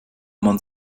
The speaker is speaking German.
man